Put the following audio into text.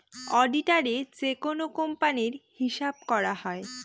অডিটারে যেকোনো কোম্পানির হিসাব করা হয়